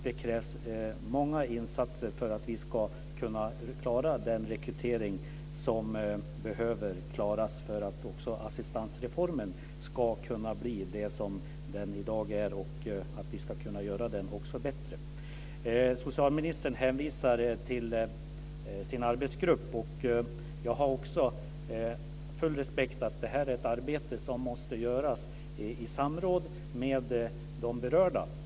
Det krävs många insatser för att vi ska kunna klara den rekrytering som behövs för att assistansreformen ska kunna förbli det som den är i dag och för att vi ska kunna göra den bättre. Socialministern hänvisade till sin arbetsgrupp. Jag har också full respekt för att det här är ett arbete som måste göras i samråd med de berörda.